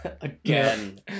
Again